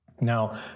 Now